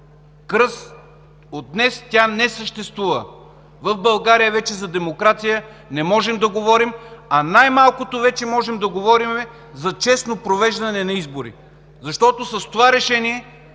кръст. От днес тя не съществува. В България вече не можем да говорим за демокрация, а най-малкото вече можем да говорим за честно провеждане на избори. Защото с това Решение